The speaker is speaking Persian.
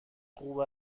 خوب